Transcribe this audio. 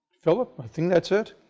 philip i think that is it,